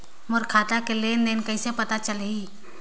मोर खाता के लेन देन कइसे पता चलही?